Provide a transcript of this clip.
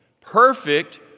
perfect